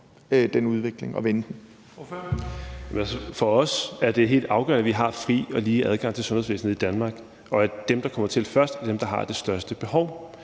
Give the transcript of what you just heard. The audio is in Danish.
Stinus Lindgreen (RV): For os er det helt afgørende, at vi har fri og lige adgang til sundhedsvæsenet i Danmark, og at dem, der kommer til først, er dem, der har det største behov.